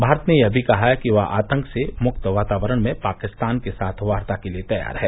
भारत ने यह भी कहा है कि वह आतंक से मुक्त वातावरण में पाकिस्तान के साथ वार्ता के लिए तैयार है